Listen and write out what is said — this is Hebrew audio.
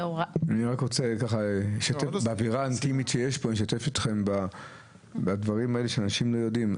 אני רוצה לשתף אתכם בדברים שאנשים לא יודעים.